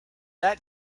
that